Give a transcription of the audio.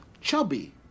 chubby